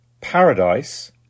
Paradise